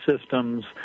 systems